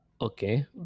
Okay